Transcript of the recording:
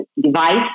device